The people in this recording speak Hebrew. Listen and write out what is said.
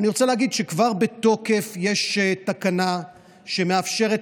אני רוצה להגיד שכבר יש תקנה בתוקף שמאפשרת